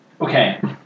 Okay